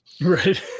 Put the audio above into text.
Right